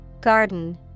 Garden